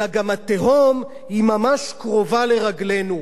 אלא גם התהום ממש קרובה לרגלינו.